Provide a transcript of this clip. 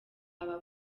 aba